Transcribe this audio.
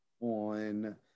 on